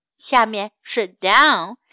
下面是down